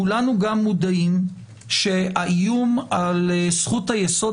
כולנו גם מודעים שהאיום על זכות היסוד